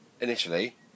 initially